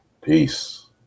peace